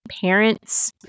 parents